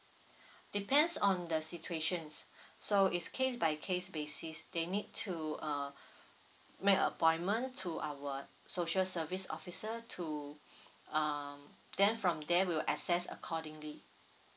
depends on the situations so is case by case basis they need to uh make appointment to our social service officer to um then from there we'll assess accordingly